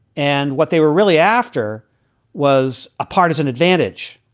and what they were really after was a partisan advantage.